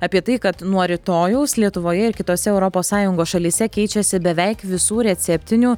apie tai kad nuo rytojaus lietuvoje ir kitose europos sąjungos šalyse keičiasi beveik visų receptinių